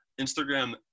Instagram